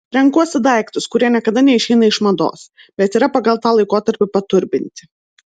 renkuosi daiktus kurie niekada neišeina iš mados bet yra pagal tą laikotarpį paturbinti